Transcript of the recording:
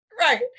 right